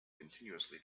continuously